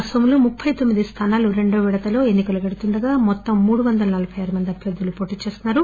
అస్సాంలో ముప్పె తొమ్మిది స్థానాలు ఈ విడతలో ఎన్ని కలకు వెడుతుండగా మొత్తం మూడు వంద నలభై ఆరు మంది అభ్యర్థులు వోటీ చేస్తున్నారు